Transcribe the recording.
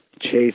chase